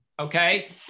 okay